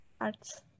Arts